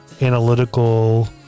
analytical